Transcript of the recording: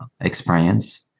experience